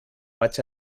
vaig